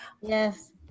Yes